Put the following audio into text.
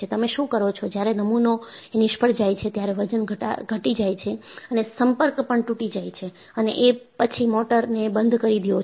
તમે શું કરો છો જ્યારે નમૂનો એ નિષ્ફળ જાય છે ત્યારે વજન ઘટી જાય છે અને સંપર્ક પણ તૂટી જાય છે અને એ પછી મોટરને બંધ કરી દયો છો